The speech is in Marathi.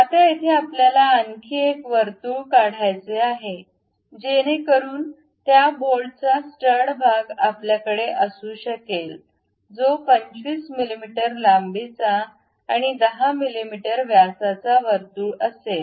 आता येथे आपल्याला आणखी एक वर्तुळ काढायचे आहे जेणेकरून त्या बोल्टचा स्टड भाग आपल्याकडे असू शकेल जो 25 मिमी लांबीचा आणि 10 मिमी व्यासाचा वर्तुळ असेल